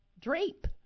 drape